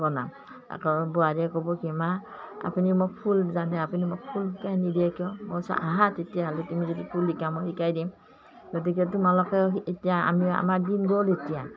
বনাওঁ আকৌ বোৱাৰীয়ে ক'ব কি মা আপুনি মই ফুল জানে আপুনি মোক ফুল শিকাই নিদিয়ে কিয় মই আহা তেতিয়াহ'লে তুমি যদি ফুল শিকা মই শিকাই দিম গতিকে তোমালোকেও এতিয়া আমি আমাৰ দিন গ'ল এতিয়া